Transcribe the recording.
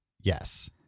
Yes